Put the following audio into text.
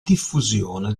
diffusione